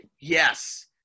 Yes